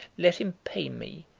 let him pay me,